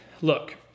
look